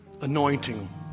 anointing